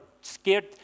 scared